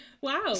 Wow